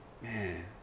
Man